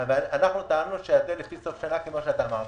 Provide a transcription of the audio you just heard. אנחנו טענו שזה לפי סוף שנה, כמו שאתה אמרת.